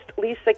Lisa